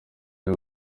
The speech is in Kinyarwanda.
byo